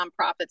nonprofits